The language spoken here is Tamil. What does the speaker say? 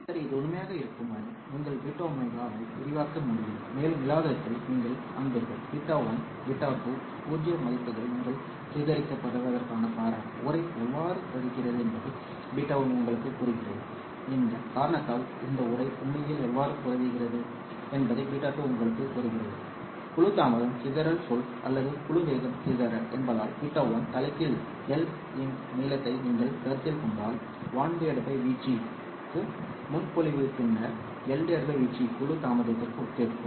இது உண்மையாக இருக்கும் வரை நீங்கள் β ω ஐ விரிவாக்க முடியும் மேலும் இல்லாததை நீங்கள் காண்பீர்கள் β1 β2 இன் பூஜ்ஜிய மதிப்புகள் நீங்கள் சிதறடிக்கப்படுவதற்கான காரணம் உறை எவ்வாறு பெறுகிறது என்பதை β1 உங்களுக்குக் கூறுகிறது இந்த காரணத்தால் இந்த உறை உண்மையில் எவ்வாறு பரவுகிறது என்பதை β2 உங்களுக்குக் கூறுகிறது குழு தாமதம் சிதறல் சொல் அல்லது குழு வேகம் சிதறல் என்பதால் β1 தலைகீழ் L இன் நீளத்தை நீங்கள் கருத்தில் கொண்டால் 1 vg க்கு முன்மொழிவு பின்னர் L vg குழு தாமதத்திற்கு ஒத்திருக்கும்